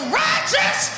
righteous